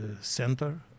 center